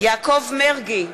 יעקב מרגי,